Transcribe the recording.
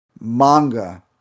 manga